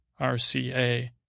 RCA